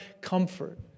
comfort